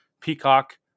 Peacock